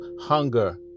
hunger